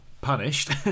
punished